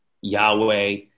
Yahweh